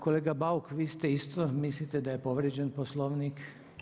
Kolega Bauk vi isto mislite da je povrijeđen Poslovnik?